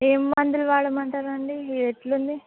ఏ మందులు వాడమంటారండి ఎట్లుంది